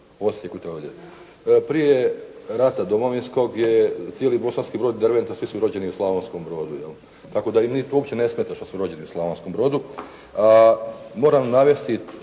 Osijeku itd. Prije rata Domovinskog je cijeli Bosanski Brod i Derventa svi su rođeni u Slavonskom Brodu, tako da njih to uopće ne smeta što su rođeni u Slavonskom Brodu. Moram navesti